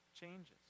changes